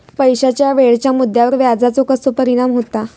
पैशाच्या वेळेच्या मुद्द्यावर व्याजाचो कसो परिणाम होता